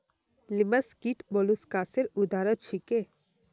लिमस कीट मौलुसकासेर उदाहरण छीके